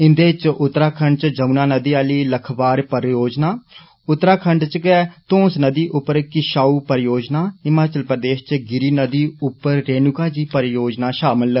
इन्दे इचा उत्तराखंड च यमुना नदी आली लखवार परियोजना उत्तराखंड च गै तौंस नदी उप्पर किषाऊ परियोजना हिमाचल प्रदेष चे गिरि नदी उप्पर रेणुका जी परियोजना षामल न